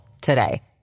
today